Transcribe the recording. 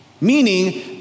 Meaning